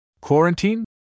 Quarantine